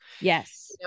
Yes